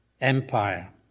Empire